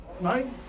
nine